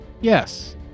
Yes